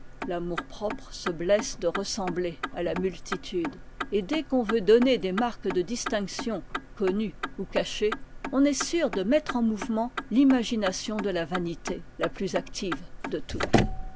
l'amour-propre se blesse de ressembler à la multitude et dès qu'on veut donner des marques de distinction connues ou cachées on est sûr de mettre en mouvement l'imagination de la vanité la plus active de toutes